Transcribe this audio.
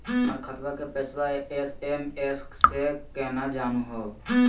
हमर खतवा के पैसवा एस.एम.एस स केना जानहु हो?